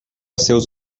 seus